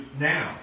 now